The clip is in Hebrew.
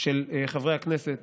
של חברי הכנסת